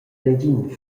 negin